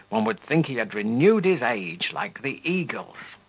one would think he had renewed his age, like the eagle's.